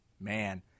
Man